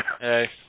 Hey